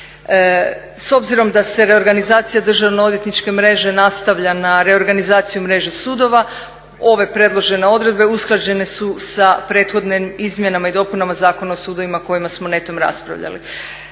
S obzirom da se reorganizacija državno odvjetničke mreže nastavlja na reorganizaciju mreže sudova, ove predložene odredbe usklađene su sa prethodnim izmjenama i dopunama Zakona o sudovima o kojemu smo netom raspravljali.